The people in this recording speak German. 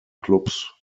klubs